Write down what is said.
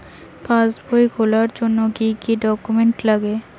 পাসবই খোলার জন্য কি কি ডকুমেন্টস লাগে?